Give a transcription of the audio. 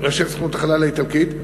ראשי סוכנות החלל האיטלקית,